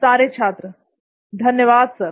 सारे छात्र धन्यवाद सर